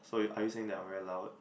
so you are you saying that I'm very loud